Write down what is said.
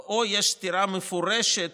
או שיש סתירה מפורשת